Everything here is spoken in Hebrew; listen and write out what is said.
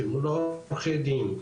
שילמו לעורכי דין,